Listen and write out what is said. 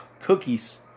Cookies